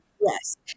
yes